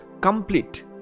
Complete